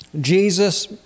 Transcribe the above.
Jesus